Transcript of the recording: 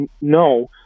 no